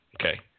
Okay